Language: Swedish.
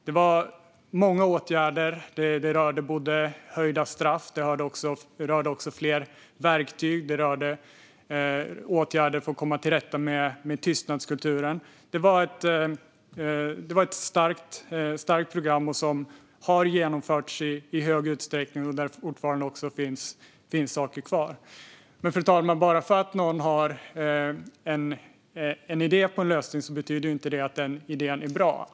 Det var många åtgärder. Det rörde höjda straff. Det rörde fler verktyg. Det rörde åtgärder för att komma till rätta med tystnadskulturen. Det var ett starkt program, som i hög utsträckning har genomförts. Men det finns fortfarande saker kvar. Men, fru talman, bara för att någon har en idé om en lösning betyder det inte att den idén är bra.